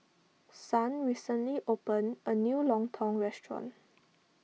Son recently opened a new Lontong restaurant